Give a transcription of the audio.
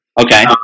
Okay